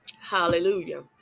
Hallelujah